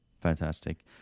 fantastic